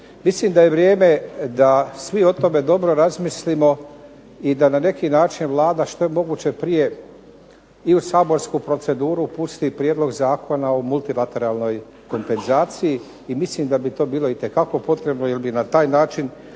Mislim da je vrijeme da svi o tome dobro razmislimo i da na neki način Vlada što je moguće prije i u saborsku proceduru pusti prijedlog Zakona o multilateralnoj kompenzaciji. I mislim da bi to bilo itekako potrebno jer bi na taj način